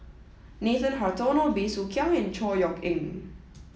Nathan Hartono Bey Soo Khiang and Chor Yeok Eng